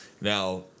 now